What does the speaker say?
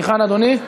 היכן אדוני?